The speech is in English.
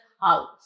house